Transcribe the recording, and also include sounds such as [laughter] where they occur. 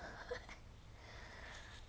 [laughs]